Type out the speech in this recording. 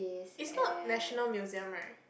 it's not National Museum right